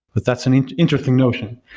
but that's an interesting notion.